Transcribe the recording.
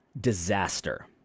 disaster